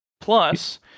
Plus